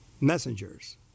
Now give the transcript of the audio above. messengers